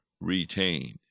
retained